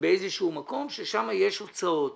באיזשהו מקום ושם יש הוצאות